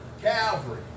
Calvary